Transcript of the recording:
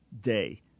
day